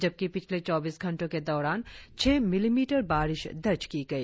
जबकि पिछले चौबीस घंटों के दौरान छह मिलीमीटर बारिश दर्ज की गई